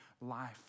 life